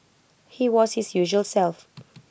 he was his usual self